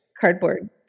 Cardboard